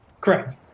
Correct